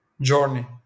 journey